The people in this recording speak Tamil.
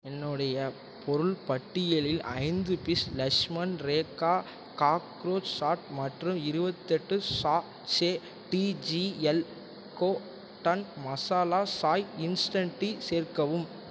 என்னுடைய பொருள் பட்டியலில் ஐந்து piece Lakshman Rekha cockroach chalk மற்றும் இருபத்தெட்டு சாஷே டிஜிஎல் கோ டன் மசாலா சாய் இன்ஸ்டண்ட் டீ சேர்க்கவும்